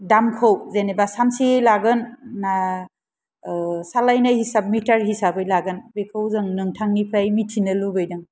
दामखौ जेनोबा सानसे लागोन ना सालायनाय हिसाब मिटार हिसाबै लागोन बेखौ जों नोंथांनिफ्राय मिन्थिनो लुगैदों